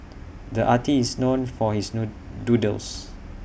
the artist is known for his noon doodles